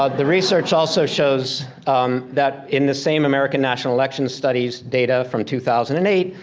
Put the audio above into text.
ah the research also shows that in the same american national election studies data from two thousand and eight,